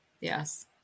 Yes